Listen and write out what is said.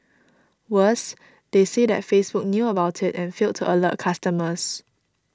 worse they say that Facebook knew about it and failed to alert customers